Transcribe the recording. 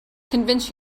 convince